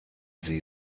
sie